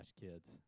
Kids